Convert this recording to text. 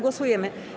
Głosujemy.